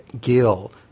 Gill